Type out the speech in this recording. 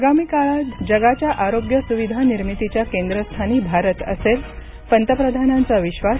आगामी काळात जगाच्या आरोग्यसुविधा निर्मितीच्या केंद्रस्थानी भारत असेल पंतप्रधानांचा विश्वास